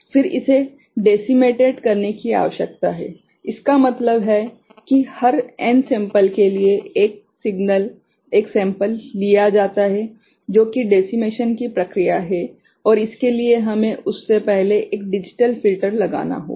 फिर इसे डेसीमेटेड करने की आवश्यकता है इसका मतलब है कि हर n सैंपल के लिए एक सिग्नल एक सैंपल लिया जाता है जो कि डेसीमेशन की प्रक्रिया है और इसके लिए हमें उस से पहले एक डिजिटल फिल्टर लगाना होगा